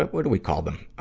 but what do we call them?